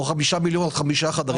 או חמישה מיליון לחמישה חדרים.